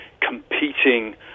competing